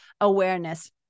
awareness